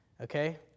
okay